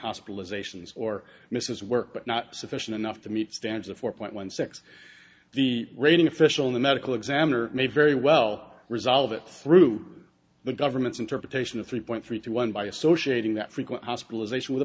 hospitalizations or misses work but not sufficient enough to meet stands of four point one six the rating official the medical examiner may very well resolve it through the government's interpretation of three point three to one by associating that frequent hospitalization with a